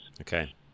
Okay